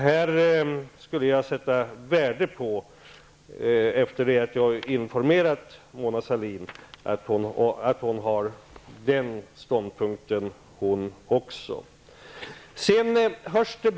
När jag har haft tillfälle att informera Mona Sahlin skulle jag sätta värde på om hon kunde inta samma ståndpunkt.